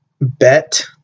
bet